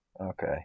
okay